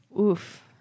Oof